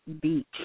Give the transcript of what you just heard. beach